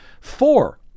four